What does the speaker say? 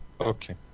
Okay